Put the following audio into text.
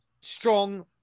strong